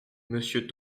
monsieur